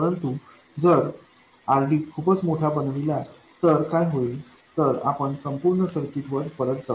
परंतु आपण जर RD खूपच मोठा बनविला तर काय होईल तर आपण संपूर्ण सर्किटवर परत जाऊ